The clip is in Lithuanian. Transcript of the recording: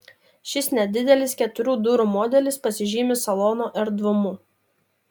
šis nedidelis keturių durų modelis pasižymi salono erdvumu